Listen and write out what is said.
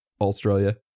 Australia